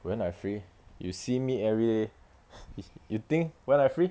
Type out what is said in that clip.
when I free you see me everyday you~ you think when I free